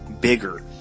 bigger